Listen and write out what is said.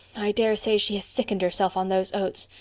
i daresay she has sickened herself on those oats.